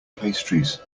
pastries